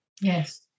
Yes